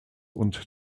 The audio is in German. und